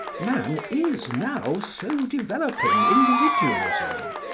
man is now so developing individualism.